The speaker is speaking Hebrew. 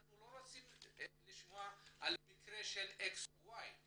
אנחנו לא רוצים לשמוע על מקרה של X או Y,